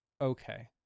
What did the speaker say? okay